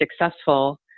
successful